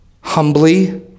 humbly